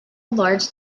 large